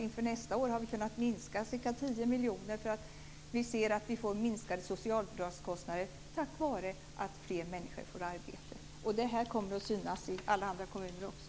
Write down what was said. Inför nästa år har vi kunnat minska budgeten med ca 10 miljoner därför att vi ser att vi får minskade socialbidragskostnader tack vare att fler människor får arbete. Det här kommer att synas i alla andra kommuner också.